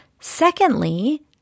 Secondly